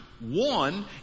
One